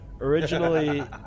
originally